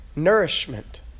Nourishment